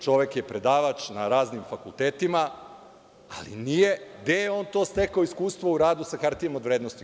Čovek je predavač na raznim fakultetima, ali gde je on to stekao iskustvo u radu sa hartijama od vrednosti?